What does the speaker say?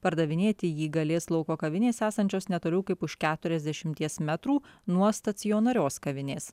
pardavinėti jį galės lauko kavinės esančios netoli kaip už keturiasdešimties metrų nuo stacionarios kavinės